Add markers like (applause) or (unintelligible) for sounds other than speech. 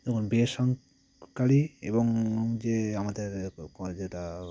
দেখুন বেসরকারি এবং যে আমাদের (unintelligible) যেটা